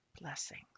Blessings